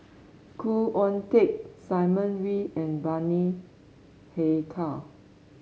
Khoo Oon Teik Simon Wee and Bani Haykal